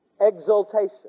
exaltation